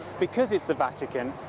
because it's the vatican,